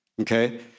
Okay